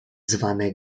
zwane